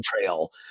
trail